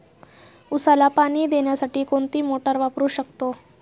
उसाला पाणी देण्यासाठी कोणती मोटार वापरू शकतो?